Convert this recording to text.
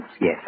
yes